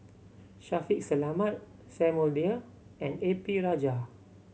Shaffiq Selamat Samuel Dyer and A P Rajah